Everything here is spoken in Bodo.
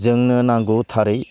जोंनो नांगौ थारै